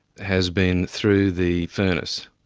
has been through the furnace,